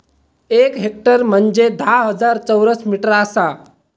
एक हेक्टर म्हंजे धा हजार चौरस मीटर आसा